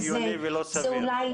זה נשמע לא הגיוני ולא סביר.